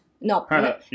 No